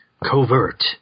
Covert